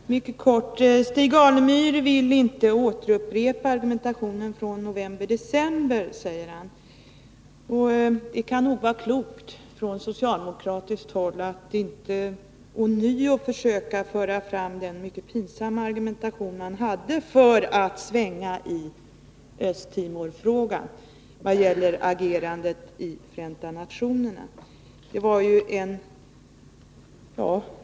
Fru talman! Mycket kort: Stig Alemyr vill inte återupprepa argumentationen från november-december, säger han. Ja, det kan nog vara klokt att från socialdemokratiskt håll inte ånyo försöka föra fram den mycket pinsamma argumentation man hade för att svänga i Östtimorfrågan vad gäller agerandet i FN.